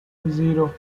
zero